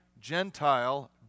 Gentile